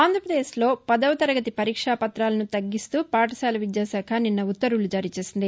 ఆంధ్రప్రదేశ్లో పదవ తరగతి పరీక్షా పత్రాలను తగ్గిస్తూ పాఠశాల విద్యాశాఖ నిన్న ఉత్తర్వులు జారీ చేసింది